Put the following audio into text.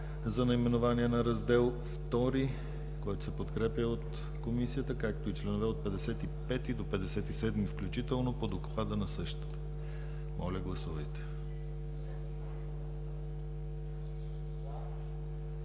за наименованието на Раздел ІІ, което се подкрепя от Комисията, както и членове от 55 до 57 включително, по Доклада на същата. Гласували